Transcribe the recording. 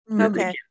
Okay